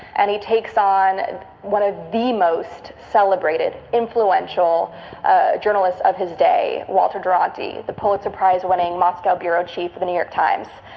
and he takes on and one of the most celebrated, influential ah journalists of his day, walter deranty, the pulitzer-prize winning moscow bureau chief of the new york times.